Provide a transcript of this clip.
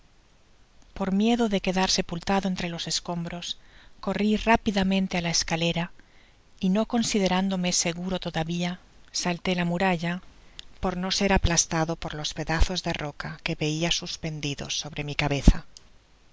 por miedo de quedar sepultado entre los escombros corri rápidamente á la escalera y no considerándome seguro todavia salté la muralla por no ser aplastado por ios pedazos de roca q ic veia sus pendidos sobre mi cabeza